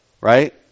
Right